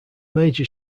major